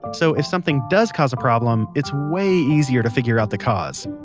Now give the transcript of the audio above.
so if something does cause a problem it's way easier to figure out the cause.